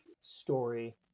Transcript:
story